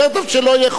תעשו מה שאתם רוצים.